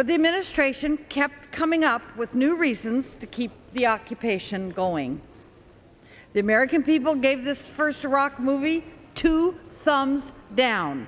but the administration kept coming up with new reasons to keep the occupation going the american people gave the first iraq movie two thumbs down